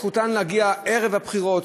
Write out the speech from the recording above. זכותם להגיע ערב הבחירות,